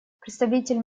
представитель